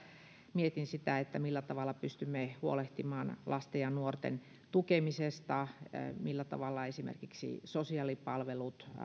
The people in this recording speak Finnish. mietin sitä millä tavalla pystymme huolehtimaan lasten ja nuorten tukemisesta millä tavalla esimerkiksi sosiaalipalveluista